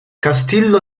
castillo